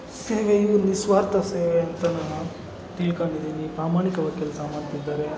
ಸೇವೆಯು ನಿಸ್ವಾರ್ಥ ಸೇವೆ ಅಂತ ನಾನು ತಿಳ್ಕೊಂಡಿದ್ದೀನಿ ಪ್ರಾಮಾಣಿಕವಾಗಿ ಕೆಲಸ ಮಾಡ್ತಿದ್ದಾರೆ